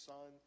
Son